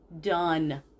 Done